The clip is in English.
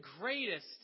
greatest